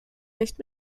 nicht